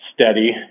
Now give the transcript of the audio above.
steady